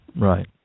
Right